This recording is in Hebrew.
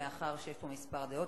מאחר שיש פה כמה דעות,